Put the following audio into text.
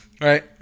Right